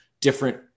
different